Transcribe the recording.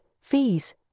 fees